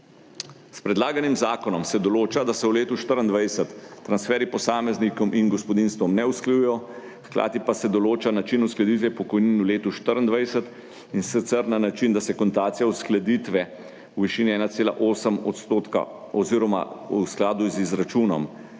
S predlaganim zakonom se določa, da se v letu 2024 transferji posameznikom in gospodinjstvom ne usklajujejo, hkrati pa se določa način uskladitve pokojnin v letu 2024, in sicer na način, da se akontacija uskladitve v višini 1,8 % oziroma v skladu z izračunom,